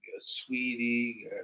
Sweetie